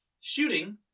shooting